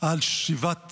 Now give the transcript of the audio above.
של שיבת